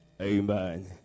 Amen